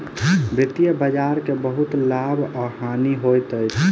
वित्तीय बजार के बहुत लाभ आ हानि होइत अछि